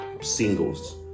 singles